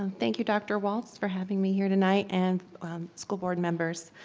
and thank you, dr. walts, for having me here tonight, and school board members.